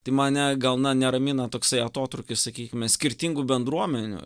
tai mane gal na neramina toksai atotrūkis sakykime skirtingų bendruomenių